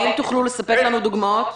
האם תוכלו לספק לנו דוגמאות?